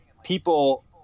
People